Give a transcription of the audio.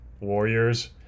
Warriors